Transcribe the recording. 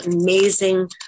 amazing